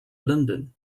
london